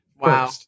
Wow